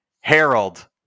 Harold